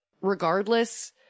regardless